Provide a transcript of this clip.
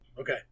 okay